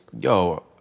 yo